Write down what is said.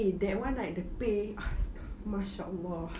eh that one right the pay masyaallah